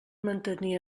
mantenir